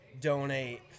donate